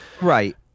right